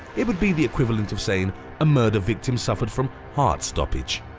it would be the equivalent of saying a murder victim suffered from heart stoppage.